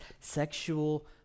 sexual